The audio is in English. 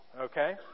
okay